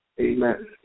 amen